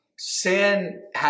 Sin